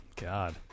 God